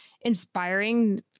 inspiring